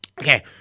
Okay